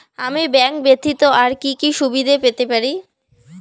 আমি ব্যাংক ব্যথিত আর কি কি সুবিধে পেতে পারি?